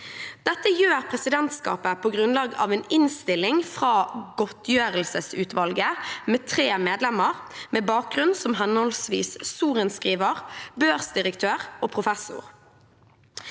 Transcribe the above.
Dette gjør presidentskapet på grunnlag av en innstilling fra godtgjøringsutvalget, med tre medlemmer med bakgrunn som henholdsvis sorenskriver, børsdirektør og professor.